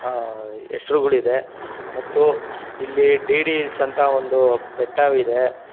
ಹೆಸರುಗಳು ಇದೆ ಮತ್ತು ಇಲ್ಲಿ ಡಿ ಡಿ ಇಲ್ಸ್ ಅಂತ ಒಂದು ಬೆಟ್ಟವಿದೆ